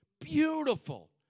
Beautiful